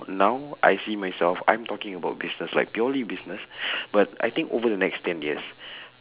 now I see myself I'm talking about business like purely business but I think over the next ten years